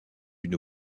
une